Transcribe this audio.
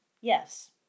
Yes